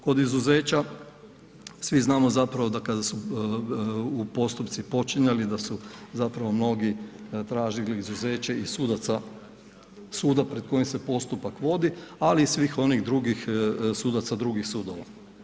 Kod izuzeća svi znamo da kada su postupci počinjali da su mnogi tražili izuzeće i sudaca suda pred kojim se postupak vodi, ali i svih onih drugih sudaca drugih sudova.